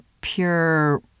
pure